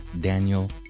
daniel